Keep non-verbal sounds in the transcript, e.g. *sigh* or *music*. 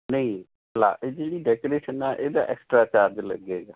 ਨਹੀਂ *unintelligible* ਇਹ ਜਿਹੜੀ ਡੈਕੋਰੇਸ਼ਨ ਆ ਇਹਦਾ ਐਕਸਟਰਾ ਚਾਰਜ ਲੱਗੇਗਾ